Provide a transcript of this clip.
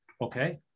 Okay